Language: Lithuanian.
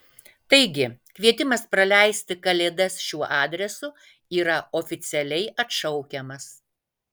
taigi kvietimas praleisti kalėdas šiuo adresu yra oficialiai atšaukiamas